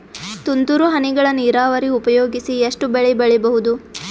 ತುಂತುರು ಹನಿಗಳ ನೀರಾವರಿ ಉಪಯೋಗಿಸಿ ಎಷ್ಟು ಬೆಳಿ ಬೆಳಿಬಹುದು?